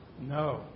No